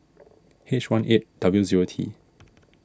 H one eight W zero T